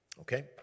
okay